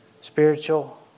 spiritual